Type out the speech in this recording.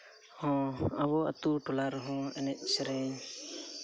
ᱦᱚᱸ ᱟᱵᱚ ᱟᱛᱳ ᱴᱚᱞᱟ ᱨᱮᱦᱚᱸ ᱮᱱᱮᱡ ᱥᱮᱨᱮᱧ